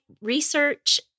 research